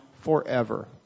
forever